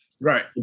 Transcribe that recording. Right